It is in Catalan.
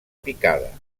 picada